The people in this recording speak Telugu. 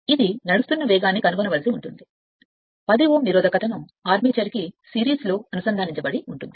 ఇది నడుస్తున్న వేగాన్ని కనుగొనవలసి ఉంటుంది ఇది 10 Ω నిరోధకతను సిరీస్లో అనుసంధానించబడి ఉంటుంది